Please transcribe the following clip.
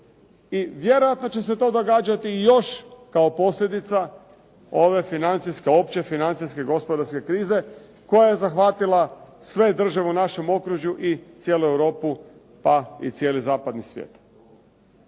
i vjerojatno će se to događati i još kao posljedica ove opće financijske gospodarske krize koja je zahvatila sve države u našem okružju i cijelu Europu pa i cijeli zapadni svijet.